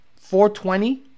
420